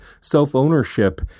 self-ownership